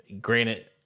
granted